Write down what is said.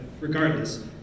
regardless